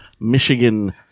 Michigan